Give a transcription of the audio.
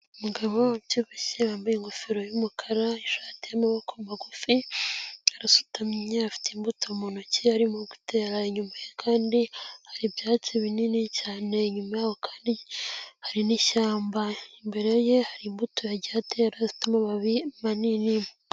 Umugabo ubyibushye wambaye ingofero y'umukara, ishati y'amaboko magufi arasutamye afite imbuto mu ntoki arimo gutera, inyuma ye kandi hari ibyatsi binini cyane, inyuma yaho hari n'ishyamba, imbere ye hari imbuto yagiye atera zifite amababi manini.